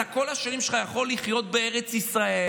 אתה כל השנים שלך יכול לחיות בארץ ישראל,